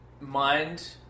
Mind